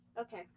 Okay